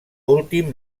últim